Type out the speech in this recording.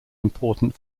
important